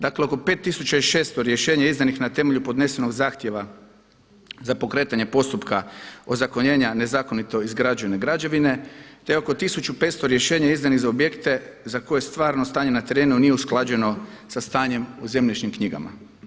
Dakle, 5600 rješenja izdanih na temelju podnesenog zahtjeva za pokretanje postupka ozakonjenja nezakonito izgrađene građevine, te oko 1500 rješenja izdanih za objekte za koje stvarno stanje na terenu nije usklađeno sa stanjem u zemljišnim knjigama.